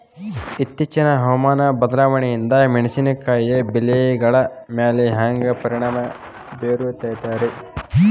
ಇತ್ತೇಚಿನ ಹವಾಮಾನ ಬದಲಾವಣೆಯಿಂದ ಮೆಣಸಿನಕಾಯಿಯ ಬೆಳೆಗಳ ಮ್ಯಾಲೆ ಹ್ಯಾಂಗ ಪರಿಣಾಮ ಬೇರುತ್ತೈತರೇ?